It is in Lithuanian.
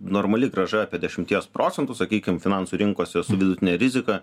normali grąža apie dešimties procentų sakykim finansų rinkose su vidutine rizika